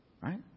Right